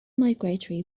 migratory